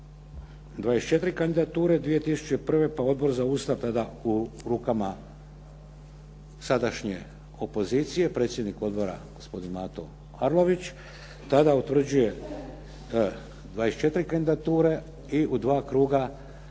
24 kandidature 2001., pa Odbor za Ustav tada u rukama sadašnje opozicije, predsjednik odbora gospodin Mato Arlović, tada utvrđuje 24. kandidature i u dva kruga